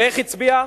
ואיך הצביעה?